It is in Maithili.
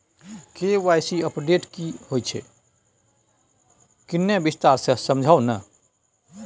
के.वाई.सी अपडेट की होय छै किन्ने विस्तार से समझाऊ ते?